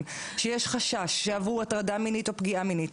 שיש חשש שעברו הטרדה מינית או פגיעה מינית,